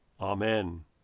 Amen